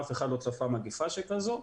אף אחד לא צפה מגפה שכזאת,